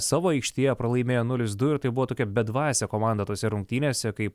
savo aikštėje pralaimėjo nulis du ir tai buvo tokia bedvasė komanda tose rungtynėse kaip